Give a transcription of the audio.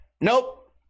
Nope